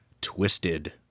Twisted